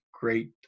great